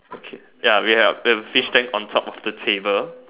okay ya we have a fish tank on top of the table